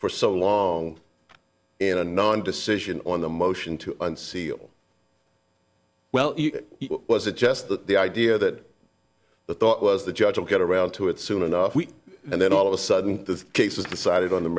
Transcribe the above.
for so long in a non decision on the motion to unseal well was it just that the idea that the thought was the judge will get around to it soon enough and then all of a sudden the case is decided on the